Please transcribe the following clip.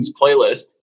playlist